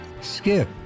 Skip